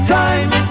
time